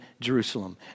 Jerusalem